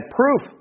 proof